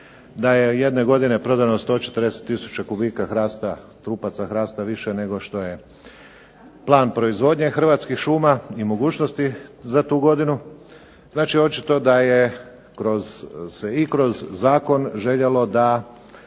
da je jedne godine prodano 140 tisuća trupaca hrasta više nego što je plan proizvodnje Hrvatskih šuma i mogućnosti za tu godinu. Znači očito se i kroz Zakon željelo da